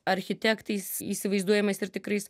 architektais įsivaizduojamais ir tikrais